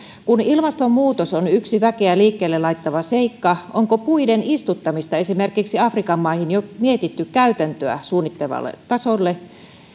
kun ilmastonmuutos on yksi väkeä liikkeelle laittava seikka onko puiden istuttamista esimerkiksi afrikan maihin jo mietitty käytäntöä suunnittelevalle tasolle